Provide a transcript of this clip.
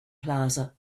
plaza